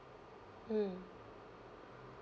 mm